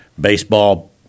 baseball